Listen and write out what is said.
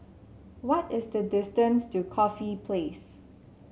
what is the distance to Corfe Place